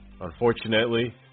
Unfortunately